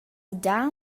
dar